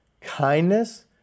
kindness